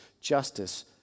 justice